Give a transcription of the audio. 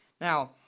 Now